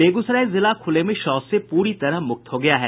बेगूसराय जिला खुले में शौच से पूरी तरह मुक्त हो गया है